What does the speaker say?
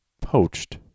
poached